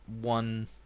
one